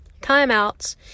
timeouts